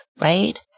right